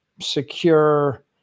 secure